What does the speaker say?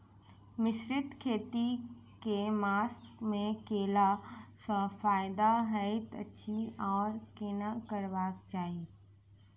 मिश्रित खेती केँ मास मे कैला सँ फायदा हएत अछि आओर केना करबाक चाहि?